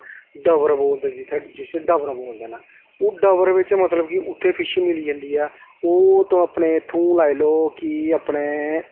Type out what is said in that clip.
डबर जिसी डबर बोलदे न जिसी जित्थै डबर बोलदे ओह् डबर बिच्च मतलब कि उत्थें फिश मिली जंदी ऐ ओह् ते अपने इत्थूं लाई लैओ कि अपने